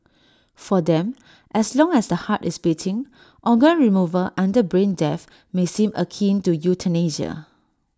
for them as long as the heart is beating organ removal under brain death may seem akin to euthanasia